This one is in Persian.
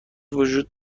وجود